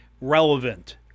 relevant